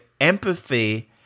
empathy